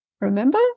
remember